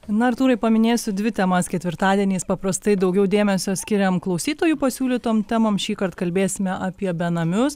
na artūrai paminėsiu dvi temas ketvirtadieniais paprastai daugiau dėmesio skiriame klausytojų pasiūlytom temom šįkart kalbėsime apie benamius